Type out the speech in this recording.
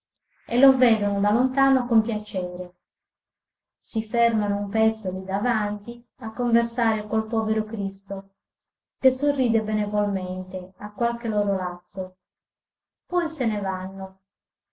e lo vedono da lontano con piacere si fermano un pezzo lì davanti a conversare col povero cristo che sorride benevolmente a qualche loro lazzo poi se ne vanno